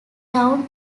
town